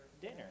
dinner